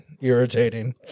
irritating